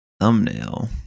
Thumbnail